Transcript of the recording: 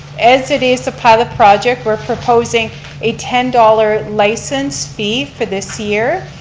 as it is a pilot project, we're proposing a ten dollars license fee for this year.